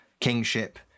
kingship